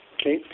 okay